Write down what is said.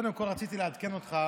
קודם כול, רציתי לעדכן אותך